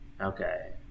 Okay